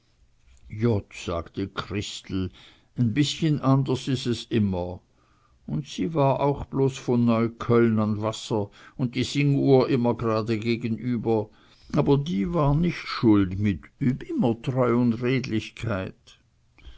jott sagte christel en bißchen anders is es immer un sie war auch bloß von neu cölln ans wasser un die singuhr immer jrade gegenüber aber die war nich schuld mit üb immer treu und redlichkeit